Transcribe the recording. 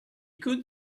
could